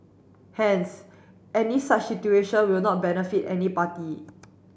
hence any such situation will not benefit any party